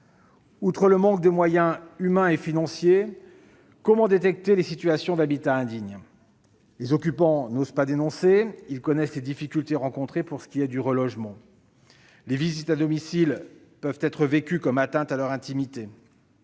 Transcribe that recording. Outre le manque de moyens humains et financiers, comment détecter les situations d'habitat indigne ? Les occupants n'osent pas dénoncer, connaissant les difficultés rencontrées pour se reloger, et les visites à domicile peuvent être vécues comme des atteintes à leur intimité.